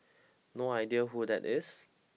no idea who that is